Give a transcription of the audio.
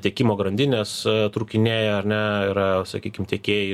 tiekimo grandinės trūkinėja ar ne yra sakykim tiekėjai